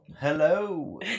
Hello